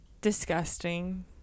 Disgusting